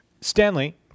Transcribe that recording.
Stanley